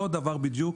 אותו דבר בדיוק.